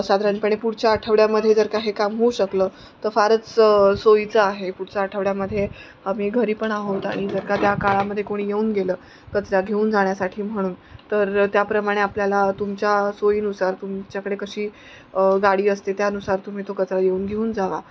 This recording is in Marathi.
साधारणपणे पुढच्या आठवड्यामध्ये जर का हे काम होऊ शकलं तर फारच सोयीचं आहे पुढच्या आठवड्यामध्ये आम्ही घरी पण आहोत आणि जर का त्या काळामध्ये कोणी येऊन गेलं कचरा घेऊन जाण्यासाठी म्हणून तर त्याप्रमाणे आपल्याला तुमच्या सोयीनुसार तुमच्याकडे कशी गाडी असते त्यानुसार तुम्ही तो कचरा येऊन घेऊन जावा